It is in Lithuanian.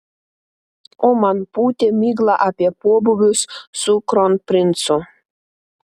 o man pūtė miglą apie pobūvius su kronprincu